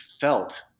felt